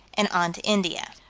and on to india.